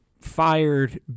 fired